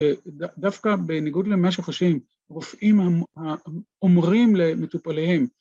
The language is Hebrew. ‫דווקא בניגוד למה שחושבים, ‫רופאים הומורים למטופליהם...